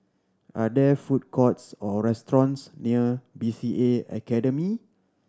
are there food courts or restaurants near B C A Academy